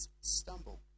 stumble